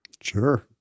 Sure